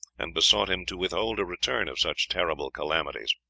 and besought him to withhold a return of such terrible calamities